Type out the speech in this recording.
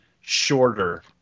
shorter